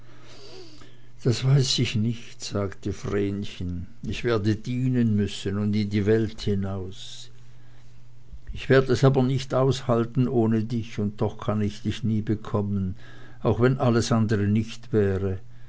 das weiß ich nicht sagte vrenchen ich werde dienen müssen und in die welt hinaus ich werde es aber nicht aushalten ohne dich und doch kann ich dich nie bekommen auch wenn alles andere nicht wäre